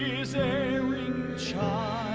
his erring child